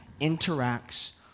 interacts